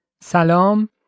Salam